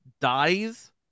dies